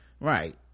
Right